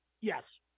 Yes